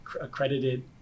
accredited